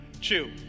Chew